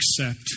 accept